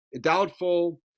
doubtful